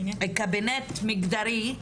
קבינט מגדרי,